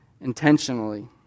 intentionally